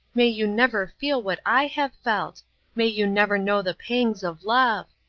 may you never feel what i have felt may you never know the pangs of love.